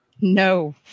No